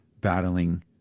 battling